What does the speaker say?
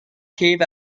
cave